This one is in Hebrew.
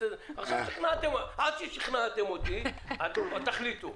עד ששכנעתם אותי תחליטו.